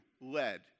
led